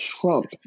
Trump